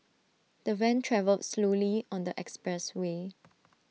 the van travelled slowly on the expressway